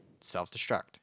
self-destruct